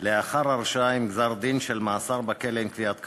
לאחר הרשעה עם גזר-דין של מאסר בכלא עם קביעת קלון.